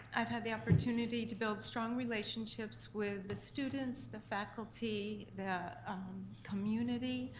i've had the opportunity to build strong relationships with the students, the faculty, the community.